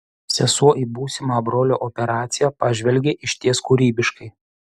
sesuo į būsimą brolio operaciją pažvelgė išties kūrybiškai